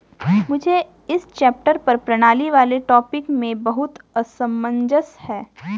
मुझे इस चैप्टर कर प्रणाली वाले टॉपिक में बहुत असमंजस है